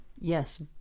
yes